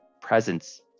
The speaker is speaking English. presence